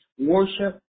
Worship